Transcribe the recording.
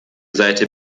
seite